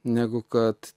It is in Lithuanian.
negu kad